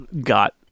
got